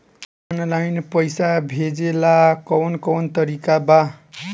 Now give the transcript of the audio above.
Online पइसा भेजेला कवन कवन तरीका बा?